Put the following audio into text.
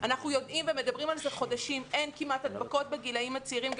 אנחנו יודעים ומדברים על זה חודשים: אין כמעט הדבקות בגילאים הצעירים.